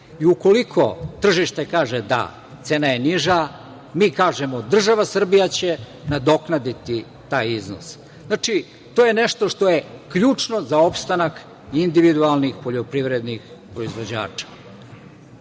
i ukoliko tržište kaže – da, cena je niža, mi kažemo – država Srbija će nadoknaditi taj iznos. Znači, to je nešto što je ključno za opstanak individualnih poljoprivrednih proizvođača. Rekli